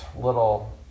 little